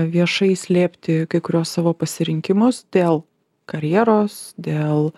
viešai slėpti kai kuriuos savo pasirinkimus dėl karjeros dėl